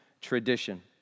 tradition